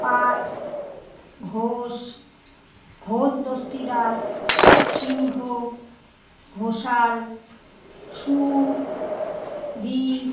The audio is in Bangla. পাল ঘোষ ঘোষদস্তিদার সিংহ ঘোষাল সুর বীর